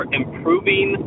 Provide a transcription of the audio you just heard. improving